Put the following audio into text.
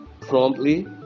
promptly